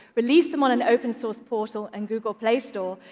release them on an open source portal and google play store,